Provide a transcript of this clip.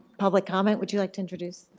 public comment? would you like to introduce?